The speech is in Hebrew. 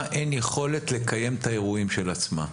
אין יכולת לקיים את האירועים של עצמה.